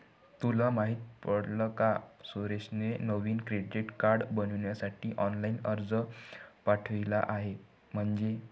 तुला माहित पडल का सुरेशने नवीन क्रेडीट कार्ड बनविण्यासाठी ऑनलाइन अर्ज पाठविला आहे म्हणे